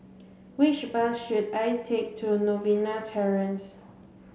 which bus should I take to Novena Terrace